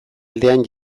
aldean